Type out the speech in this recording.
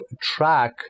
track